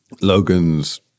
Logan's